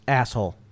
asshole